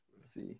See